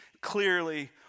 clearly